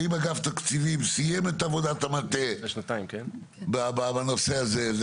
האם אגף תקציבים סיים את עבודת המטה בנושא הזה?